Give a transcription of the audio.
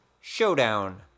Showdown